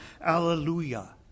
Alleluia